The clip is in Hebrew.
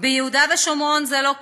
ביהודה ושומרון זה לא כך.